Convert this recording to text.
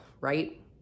right